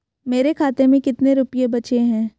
मेरे खाते में कितने रुपये बचे हैं?